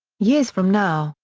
years from now,